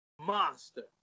monster